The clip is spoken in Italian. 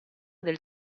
del